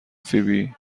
فیبی